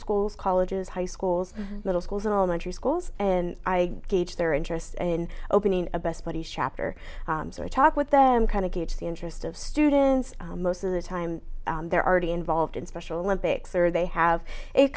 schools colleges high schools middle schools and elementary schools and i gauge their interest in opening a best buddies chapter so i talk with them kind of gauge the interest of students most of the time they're already involved in special olympics or they have